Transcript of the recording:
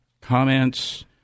comments